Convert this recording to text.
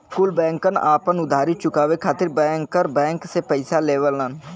कुल बैंकन आपन उधारी चुकाये खातिर बैंकर बैंक से पइसा लेवलन